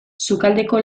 sukaldeko